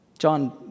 John